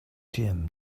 gym